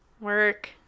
Work